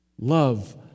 Love